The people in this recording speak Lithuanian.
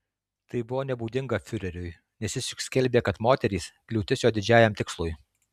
tai buvo nebūdinga fiureriui nes jis juk skelbė kad moterys kliūtis jo didžiajam tikslui